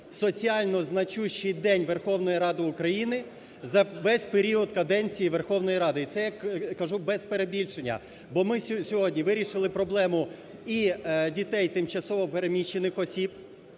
соціально значущий день Верховної Ради України за весь період каденції Верховної Ради. І це я кажу без перебільшення. Бо ми сьогодні вирішили проблему і дітей тимчасово переміщених осіб,